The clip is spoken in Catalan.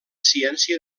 ciència